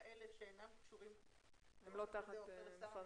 כאלה שאינם תחת שר המשפטים,